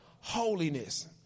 holiness